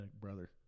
brother